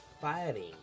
fighting